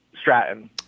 Stratton